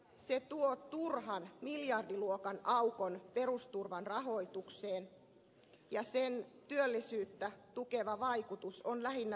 se tuo turhan miljardiluokan aukon perusturvan rahoitukseen ja sen työllisyyttä tukeva vaikutus on lähinnä toiveajattelua